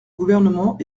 gouvernement